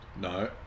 No